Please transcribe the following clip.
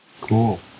Cool